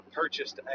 purchased